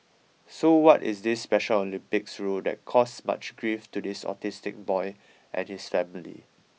so what is this Special Olympics rule that caused much grief to this autistic boy and his family